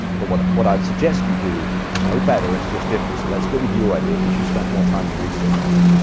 but what what i would suggest you do, it's not better. it's just different, so let's go with your idea because you spent more time and research on it.